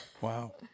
wow